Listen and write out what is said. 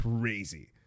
crazy